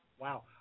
Wow